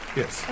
yes